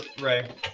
Ray